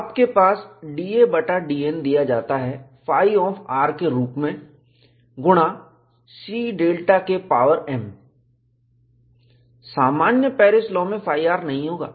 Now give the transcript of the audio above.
आपके पास d a बटा d N दिया जाता है φ ऑफ Rके रूप में गुणा C Δ K पावर m सामान्य पेरिस लाॅ में φ R नहीं होगा